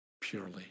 purely